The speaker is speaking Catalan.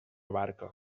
barca